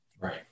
Right